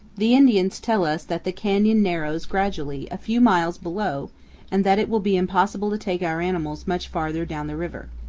the indians tell us that the canyon narrows gradually a few miles below and that it will be impossible to take our animals much farther down the river.